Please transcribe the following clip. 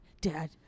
Dad